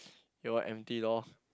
your one empty lor